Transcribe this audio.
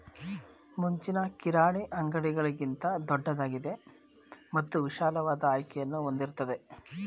ಮುಂಚಿನ ಕಿರಾಣಿ ಅಂಗಡಿಗಳಿಗಿಂತ ದೊಡ್ದಾಗಿದೆ ಮತ್ತು ವಿಶಾಲವಾದ ಆಯ್ಕೆಯನ್ನು ಹೊಂದಿರ್ತದೆ